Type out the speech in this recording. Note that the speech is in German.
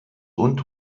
und